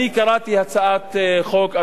אני קראתי הצעת חוק,